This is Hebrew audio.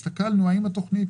הסתכלנו איפה נמצאת התכנית